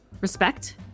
respect